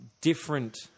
different